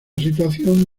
situación